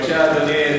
בבקשה, אדוני סגן